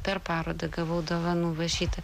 per parodą gavau dovanų va šitą